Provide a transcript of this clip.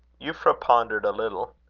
euphra pondered a little.